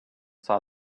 saw